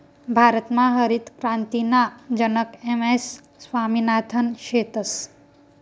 भारतमा हरितक्रांतीना जनक एम.एस स्वामिनाथन शेतस